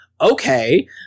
Okay